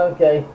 Okay